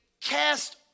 cast